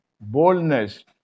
boldness